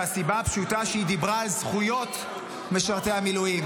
מהסיבה הפשוטה שהיא דיברה על זכויות משרתי המילואים,